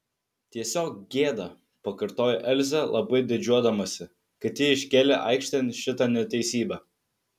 tiesiog gėda pakartojo elzė labai didžiuodamasi kad ji iškėlė aikštėn šitą neteisybę